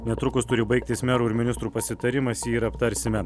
netrukus turi baigtis merų ir ministrų pasitarimas jį ir aptarsime